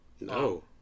No